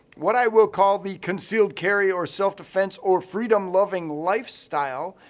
what i will call the concealed carry or self-defense or freedom loving lifestyle.